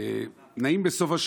נעים בסופ"ש